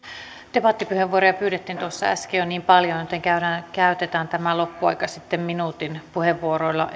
debattipuheenvuoroja pyydettiin tuossa äsken jo niin paljon että käytetään tämä loppuaika sitten minuutin puheenvuoroilla